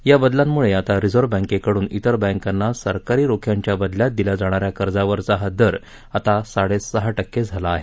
या बदलामुळं आता रिझर्व्ह बँकेकडून त्रिर बँकांना सरकारी रोख्यांच्या बदल्यात दिल्या जाणा या कर्जावरचा हा दर आता साडे सहा टक्के झाला आहे